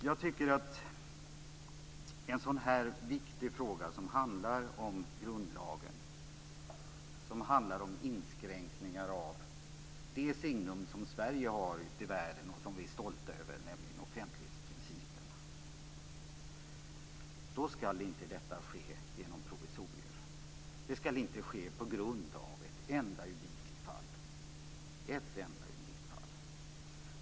Jag tycker att i en så viktig fråga som handlar om grundlagen och de inskränkningar av det signum som Sverige har ute i världen och som vi är stolta över, nämligen offentlighetsprincipen, ska man inte tillämpa provisorier. Det ska inte ske på grund av ett enda unikt fall.